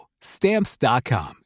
Stamps.com